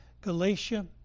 Galatia